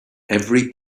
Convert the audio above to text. every